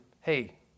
hey